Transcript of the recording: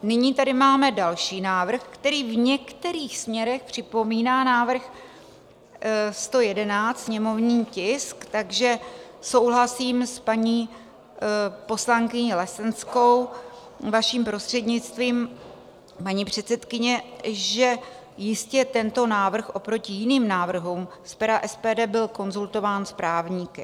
Nyní tady máme další návrh, který v některých směrech připomíná návrh 111 sněmovní tisk, takže souhlasím s paní poslankyní Lesenskou, vaším prostřednictvím, paní předsedkyně, že jistě tento návrh oproti jiným návrhům z pera SPD byl konzultován s právníky.